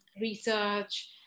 research